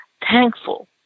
thankful